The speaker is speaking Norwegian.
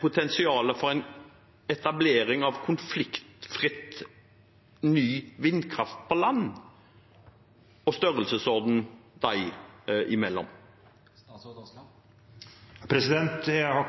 potensialet for etablering av konfliktfri, ny vindkraft på land, og størrelsesordenen dem imellom. Jeg har